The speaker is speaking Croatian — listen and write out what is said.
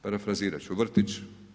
Parafrazirat ću, vrtić.